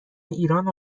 ایران